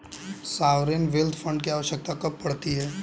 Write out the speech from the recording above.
Sovereign wealth fund की आवश्यकता कब पड़ती है?